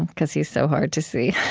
and cause he's so hard to see.